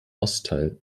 ostteil